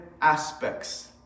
aspects